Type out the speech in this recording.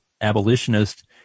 abolitionist